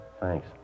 Thanks